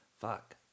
Fuck